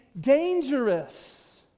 dangerous